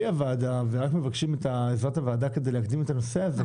הוועדה ורק מבקשים את עזרת הוועדה כדי להקדים את הנושא הזה,